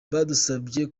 badusabye